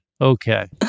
okay